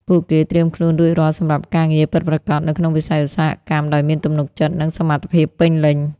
ពួកគេត្រៀមខ្លួនរួចរាល់សម្រាប់ការងារពិតប្រាកដ នៅក្នុងវិស័យឧស្សាហកម្ម ដោយមានទំនុកចិត្ត និងសមត្ថភាពពេញលេញ។